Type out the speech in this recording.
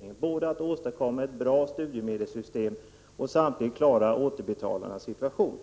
den — både åstadkomma ett bra studiemedelssystem och klara återbetalarnas situation.